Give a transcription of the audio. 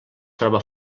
troba